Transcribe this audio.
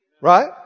Right